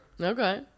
Okay